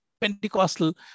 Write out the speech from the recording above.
Pentecostal